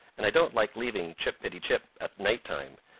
and i don't like leaving chip-pi-ti-chip at night-time.